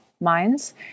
minds